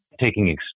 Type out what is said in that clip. taking